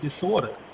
Disorder